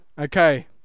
Okay